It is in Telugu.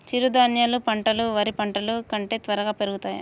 చిరుధాన్యాలు పంటలు వరి పంటలు కంటే త్వరగా పెరుగుతయా?